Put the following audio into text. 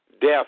death